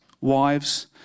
wives